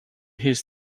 his